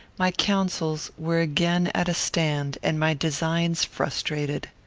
my councils were again at a stand and my designs frustrated.